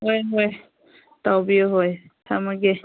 ꯍꯣꯏ ꯍꯣꯏ ꯇꯧꯕꯤꯎ ꯍꯣꯏ ꯊꯝꯃꯒꯦ